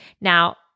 Now